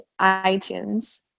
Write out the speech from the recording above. iTunes